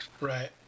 Right